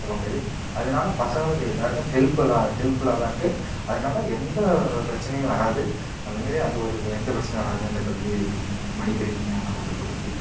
சொல்ல முடியாது அதனாலே பசங்களுக்கு எல்லோருக்கும் ஹெல்ப்புல்லாக ஹெல்ப்ஃபுல்லாக தான் இருக்குது அதனால் எந்தப் பிரச்சினையும் வராது அது மாதிரி அது ஒரு எந்தப் பிரச்சினையும் வராது அந்த கல்வியிலும் மடிக்கணினி அதெல்லாம் கொடுக்குறத பற்றி